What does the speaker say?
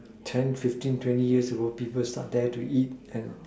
ten fifteen twenty years ago people start dare to eat and